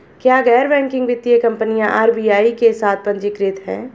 क्या गैर बैंकिंग वित्तीय कंपनियां आर.बी.आई के साथ पंजीकृत हैं?